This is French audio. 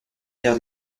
guère